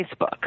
Facebook